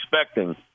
expecting